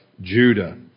Judah